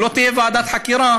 אם לא תהיה ועדת חקירה,